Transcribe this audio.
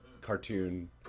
cartoon